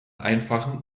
einfachen